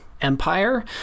empire